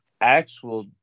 actual